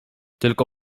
tylko